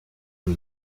une